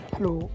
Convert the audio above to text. Hello